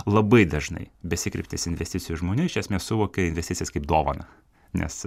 labai dažnai besikreipiantis investicijų žmonių iš esmės suvokia investicijas kaip dovaną nes